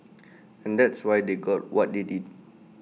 and that's why they got what they did